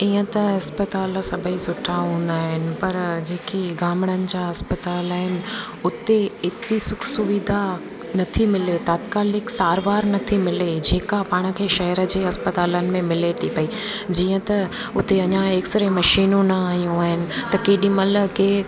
इहा त इस्पतालि सभेई सुठा हूंदा आहिनि पर जेके गामड़नि जा इस्पतालि आहिनि उते एतिरी सुखु सुविधा नथी मिले तात्कालिक सारवार नथी मिले जेका पाण खे शहर जे इस्पतालनि में मिले थी पेई जीअं त उते अञा एक्सरे मशिनूं न आहियूं आहिनि त केॾी महिल केर